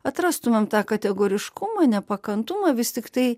atrastumėm tą kategoriškumą nepakantumą vis tiktai